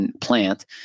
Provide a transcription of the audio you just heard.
plant